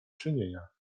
czynienia